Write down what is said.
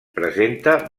presenta